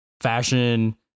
fashion